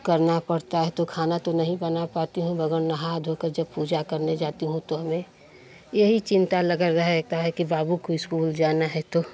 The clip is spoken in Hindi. करना पड़ता है तो खाना तो नहीं बना पाती हूँ बगैर नहाए धोकर जब पूजा करने जाती हूँ तो हमें यही चिंता लगा रहता है कि बाबू को इस्कूल जाना है तो